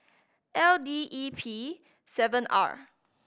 L D E P seven R